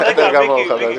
בסדר גמור, חבר הכנסת חסון.